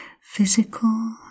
physical